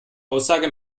aussage